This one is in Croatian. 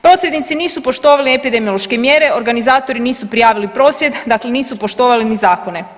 Prosvjednici nisu poštovali epidemiološke mjere, organizatori nisu prijavili prosvjed, dakle nisu poštovali ni zakone.